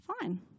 fine